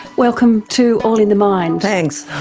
welcome to all in the mind. thanks.